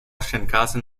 shinkansen